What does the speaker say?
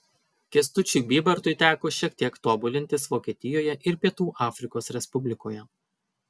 kęstučiui bybartui teko šiek tiek tobulintis vokietijoje ir pietų afrikos respublikoje